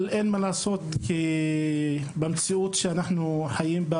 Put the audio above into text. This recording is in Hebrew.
אבל אין מה לעשות, כי במציאות שאנחנו חיים בה